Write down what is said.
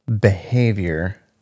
behavior